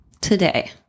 Today